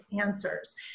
answers